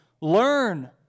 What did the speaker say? Learn